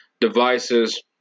devices